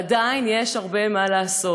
ועדיין יש הרבה מה לעשות,